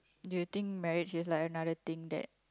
do you think marriage is like another thing that